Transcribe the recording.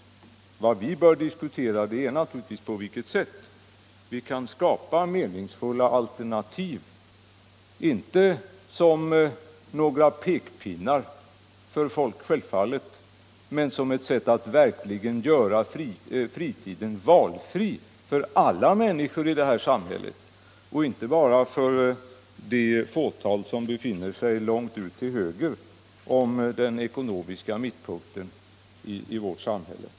Vad vi bör diskutera är naturligtvis på vilket sätt vi kan skapa meningsfulla alternativ, självfallet inte som några pekpinnar men som ett sätt att verkligen göra fritidssysselsättningen valfri för alla människor i det här samhället och inte bara för det fåtal som befinner sig långt ut till höger om den ekonomiska mittpunkten i vårt samhälle.